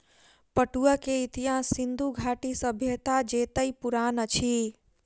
पटुआ के इतिहास सिंधु घाटी सभ्यता जेतै पुरान अछि